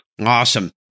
Awesome